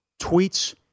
tweets